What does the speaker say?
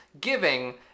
Giving